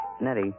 Nettie